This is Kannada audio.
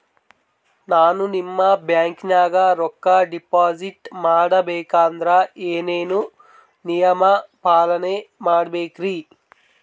ನಾನು ನಿಮ್ಮ ಬ್ಯಾಂಕನಾಗ ರೊಕ್ಕಾ ಡಿಪಾಜಿಟ್ ಮಾಡ ಬೇಕಂದ್ರ ಏನೇನು ನಿಯಮ ಪಾಲನೇ ಮಾಡ್ಬೇಕ್ರಿ?